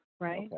right